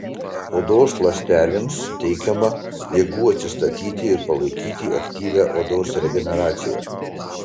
odos ląstelėms suteikiama jėgų atsistatyti ir palaikyti aktyvią odos regeneraciją